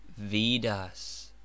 Vidas